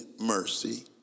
mercy